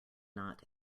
not